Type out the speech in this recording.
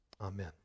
Amen